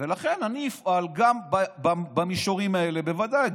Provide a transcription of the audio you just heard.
לכן אני אפעל גם במישורים האלה בוודאי,